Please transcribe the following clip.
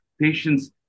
patients